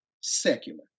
secular